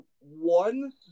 one